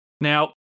Now